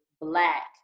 black